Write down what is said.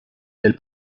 del